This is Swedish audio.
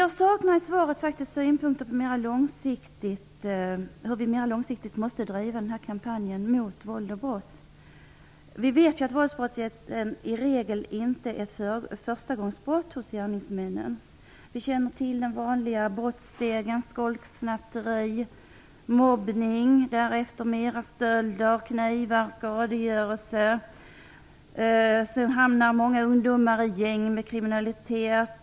Jag saknar i svaret synpunkter på hur vi mer långsiktigt måste driva kampanjen mot våld och brott. Vi vet att våldsbrotten i regel inte är förstagångsbrott hos gärningsmännen. Vi känner till den vanliga brottsstegen: skolk, snatteri, mobbning, därefter mera stölder, knivar och skadegörelse. Sedan hamnar många ungdomar i gäng med kriminalitet.